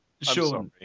Sure